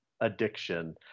addiction